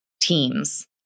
teams